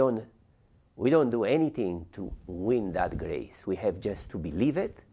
don't we don't do anything to win that grace we have just to believe it